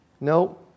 No